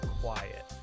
quiet